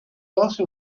ossa